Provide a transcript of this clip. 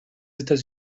états